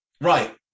Right